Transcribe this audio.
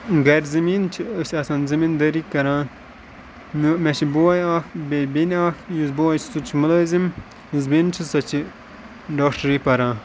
گَرِ زٔمیٖن چھُ أسۍ آسان زٔمیٖندٲری کَران مےٚ چھِ بوے اَکھ بیٚیہِ بیٚنہِ اَکھ یُس بوے چھِ سُہ چھِ مُلٲزِم یُس بیٚنہِ چھِ سۄ چھِ ڈاکٹرٛی پَران